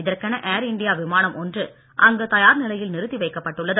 இதற்கென Air India விமானம் ஒன்று அங்கு தயார் நிலையில் நிறுத்தி வைக்கப்பட்டுள்ளது